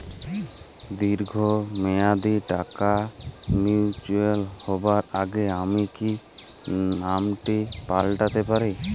দীর্ঘ মেয়াদি টাকা ম্যাচিউর হবার আগে আমি কি নমিনি পাল্টা তে পারি?